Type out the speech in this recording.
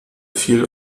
fiel